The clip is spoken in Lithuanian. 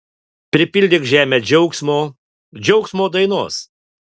pripildyk žemę džiaugsmo džiaugsmo dainos